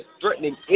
threatening